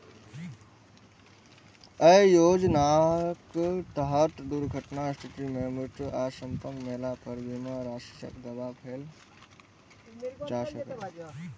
अय योजनाक तहत दुर्घटनाक स्थिति मे मृत्यु आ अपंग भेला पर बीमा राशिक दावा कैल जा सकैए